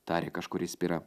tarė kažkuri spira